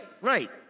right